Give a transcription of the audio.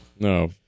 No